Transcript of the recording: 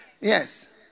Yes